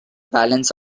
balance